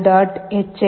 ஹெச்சை TextLCDScroll